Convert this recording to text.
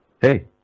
Hey